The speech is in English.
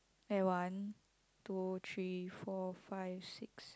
eh one two three four five six